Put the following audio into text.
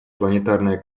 планетарная